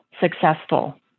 successful